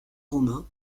romain